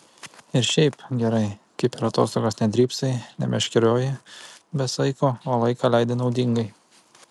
ir šiaip gerai kai per atostogas nedrybsai nemeškerioji be saiko o laiką leidi naudingai